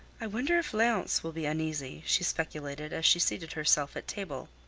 i wonder if leonce will be uneasy! she speculated, as she seated herself at table.